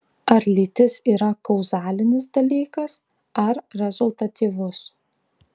ar lytis yra kauzalinis dalykas ar rezultatyvus